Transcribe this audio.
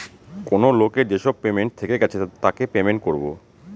কেনো লোকের যেসব পেমেন্ট থেকে গেছে তাকে পেমেন্ট করবো